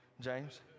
James